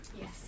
Yes